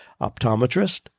optometrist